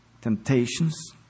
temptations